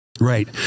Right